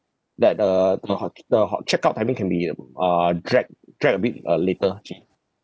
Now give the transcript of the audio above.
that uh the hot~ the hot~ check-out timing can be uh drag drag a bit uh later actually